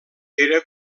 era